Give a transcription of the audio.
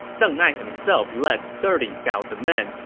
deng ai himself led thirty thousand men,